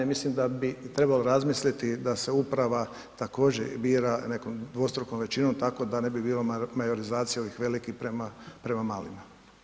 Mislim da bi trebalo razmisliti da se uprava također bira nekom dvostrukom većinom, tako da ne bi bilo majorizacije ovih velikih prema malima.